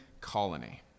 colony